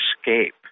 escape